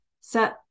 set